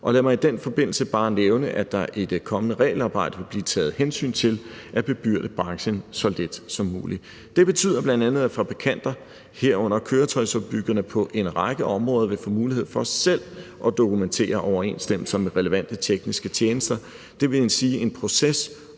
Lad mig i den forbindelse bare nævne, at der i det kommende regelarbejde vil blive taget hensyn til at bebyrde branchen så lidt som muligt. Det betyder bl.a., at fabrikanter, herunder køretøjsopbyggerne, på en række områder vil få mulighed for selv at dokumentere overensstemmelser med relevante tekniske tjenester, dvs. i en proces